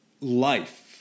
life